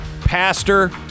pastor